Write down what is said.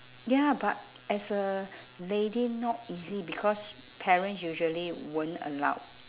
ya but as a lady not easy because parents usually won't allow